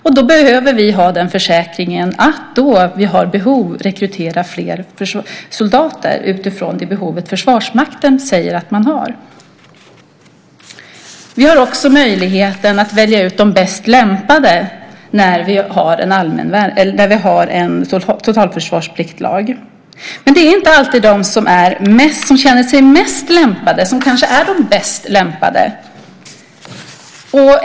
Vi behöver därför ha den försäkringen att vi, då vi har behov, kan rekrytera fler soldater utifrån det behov som Försvarsmakten säger att man har. Vi har också möjligheten att välja ut de bäst lämpade när vi har en totalförsvarspliktlag. Men det är inte alltid de som känner sig mest lämpade som är de bäst lämpade.